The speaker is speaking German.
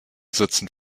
sitzen